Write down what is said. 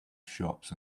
shops